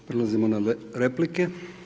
Prelazimo na replike.